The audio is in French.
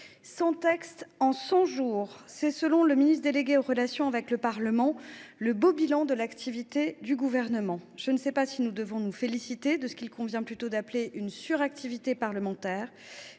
cent textes en cent jours : tel est, selon le ministre délégué chargé des relations avec le Parlement, le beau bilan de l’activité du Parlement. Je ne sais pas si nous devons nous féliciter de ce qu’il convient plutôt d’appeler une suractivité parlementaire,